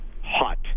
hot